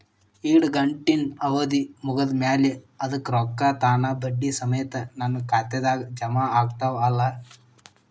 ಇಡಗಂಟಿನ್ ಅವಧಿ ಮುಗದ್ ಮ್ಯಾಲೆ ಅದರ ರೊಕ್ಕಾ ತಾನ ಬಡ್ಡಿ ಸಮೇತ ನನ್ನ ಖಾತೆದಾಗ್ ಜಮಾ ಆಗ್ತಾವ್ ಅಲಾ?